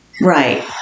right